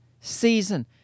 season